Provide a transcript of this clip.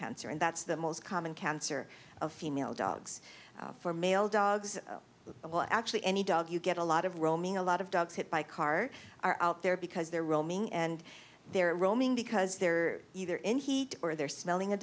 cancer and that's the most common cancer of female dogs for male dogs well actually any dog you get a lot of roaming a lot of dogs hit by car are out there because they're roaming and they're roaming because they're either in heat or they're smelling a